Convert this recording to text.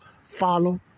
follow